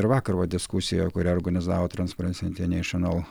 ir vakar va diskusija kurią organizavo transperansi internešenal